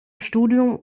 studium